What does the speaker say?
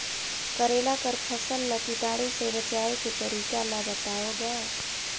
करेला कर फसल ल कीटाणु से बचाय के तरीका ला बताव ग?